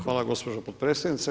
Hvala gospođo potpredsjednice.